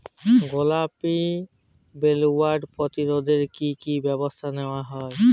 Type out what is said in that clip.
গোলাপী বোলওয়ার্ম প্রতিরোধে কী কী ব্যবস্থা নেওয়া হয়?